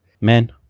Men